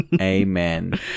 amen